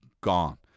gone